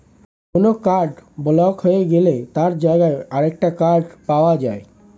কোনো card block হয়ে গেলে তার জায়গায় আরেকটা কার্ড পাওয়া যায়